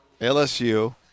LSU